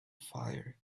fire